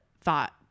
thought